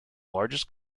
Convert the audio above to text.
largest